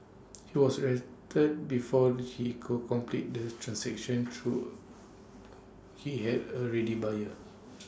he was arrested before he could complete the transaction through he had A ready buyer